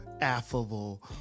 affable